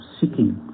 seeking